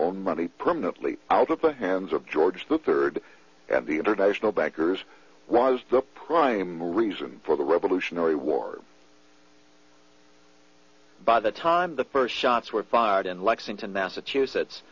own money permanently out of the hands of george the third the international bankers was the prime reason for the revolutionary war by the time the first shots were fired in lexington massachusetts